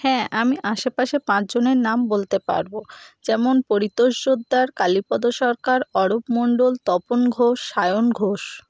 হ্যাঁ আমি আশেপাশে পাঁচজনের নাম বলতে পারবো যেমন পরিতোষ সর্দার কালীপদ সরকার অরূপ মন্ডল তপন ঘোষ সায়ন ঘোষ